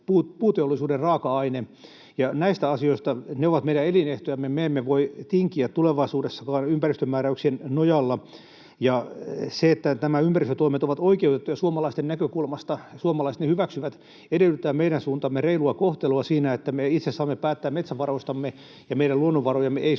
puuteollisuuden raaka-aine on metsä, ja näitä asioita. Ne ovat meidän elinehtojamme, joista me emme voi tinkiä tulevaisuudessakaan ympäristömääräyksien nojalla. Ja se, että nämä ympäristötoimet ovat oikeutettuja suomalaisten näkökulmasta ja suomalaiset ne hyväksyvät, edellyttää meidän suuntaamme reilua kohtelua siinä, että me itse saamme päättää metsävaroistamme ja meidän luonnonvarojamme ei